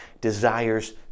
desires